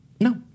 No